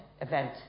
event